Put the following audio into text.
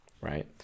right